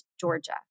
Georgia